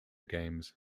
games